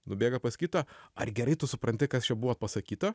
nubėga pas kitą ar gerai tu supranti kas čia buvo pasakyta